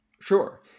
Sure